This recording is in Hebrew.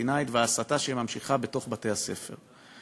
הפלסטינית וההסתה שממשיכה בתוך בתי-הספר.